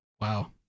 Wow